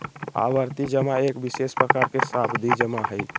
आवर्ती जमा एक विशेष प्रकार के सावधि जमा हइ